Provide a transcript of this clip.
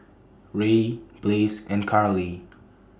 Rae Blaze and Karley